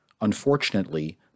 Unfortunately